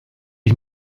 ich